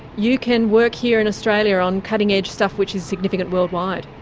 you can work here in australia on cutting-edge stuff which is significant worldwide.